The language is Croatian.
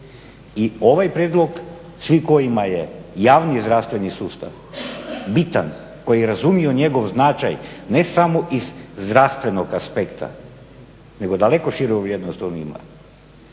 I ovaj prijedlog svi kojima je javni zdravstveni sustav bitan, koji razumiju njegov značaj ne samo iz zdravstvenog aspekta nego daleko širu vrijednost on ima,